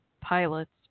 pilots